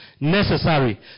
Necessary